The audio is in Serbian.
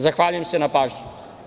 Zahvaljujem se na pažnji.